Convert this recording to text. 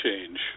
change